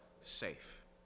safe